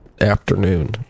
afternoon